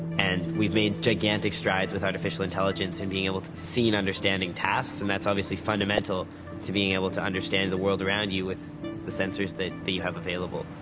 and we've made gigantic strides with artificial intelligence in and being able to see and understanding tasks, and that's obviously fundamental to being able to understand the world around you with the sensors that, that you have available.